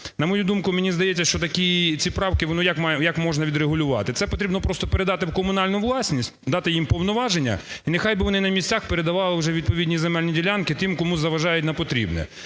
На мою думку, мені здається, що такі ці правки, воно як можна відрегулювати? Це потрібно просто передати в комунальну власність, дати їм повноваження, і нехай би вони на місцях передавали вже відповідні земельні ділянки тим, кому вважають за потрібне.